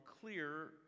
clear